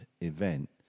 event